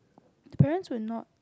the parents were not